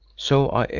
so i